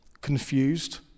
confused